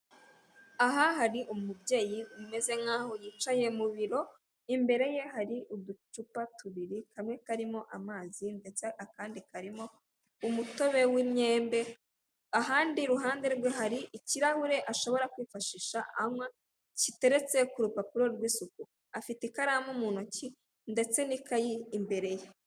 Aha hari umubyeyi umeza nkaho yicaye mu biro, imbere ye hari uducupa tubiri kamwe karimo amazi ndetse akandi karimo umutobe w'imyembe, ahandi iruhande rwe hari ikirahure ashobora kwifashisha anywa giteretse ku rupapuro rw'isuku. Afite ikaramu mu ntoki ndetse n'ikayi imbere ye.